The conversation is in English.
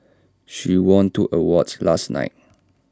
she won two awards last night